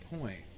point